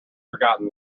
forgotten